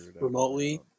remotely